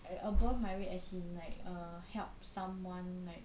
above my weight as in like err help someone like